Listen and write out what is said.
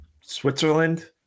Switzerland